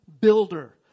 builder